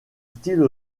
style